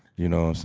you know so